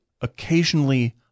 occasionally